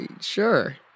Sure